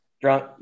Drunk